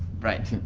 right.